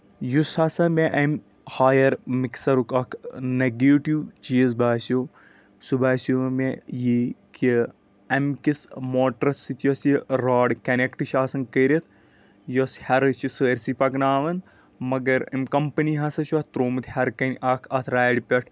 یُس ہسا مےٚ اَمہِ ہایر مِکسرُک اکھ نیگیٹیو چیٖز باسیو سُہ باسیو مےٚ یٖی کہِ اَمہِ کِس موٹرس سۭتۍ یۄس یہِ راڑ کَنیکٹ چھِ آسان کٔرِتھ یۄس ہرٕ چھِ سٲرسٕے پَکناوان مَگر امہِ کَمپنی ہسا چھُ اتھ ترومُت ہیٚرِ کنۍ اکھ اتھ راڑِ پٮ۪ٹھ